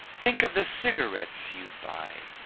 think of the cigarettes you'd buy,